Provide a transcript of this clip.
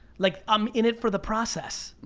like i'm in it for the process.